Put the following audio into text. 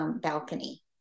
balcony